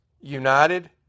united